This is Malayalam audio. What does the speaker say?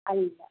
അല്ല